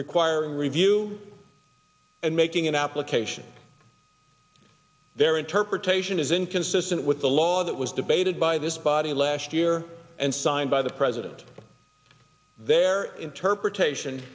requiring review and making an application their interpretation is inconsistent with the law that was debated by this body last year and signed by the president their interpretation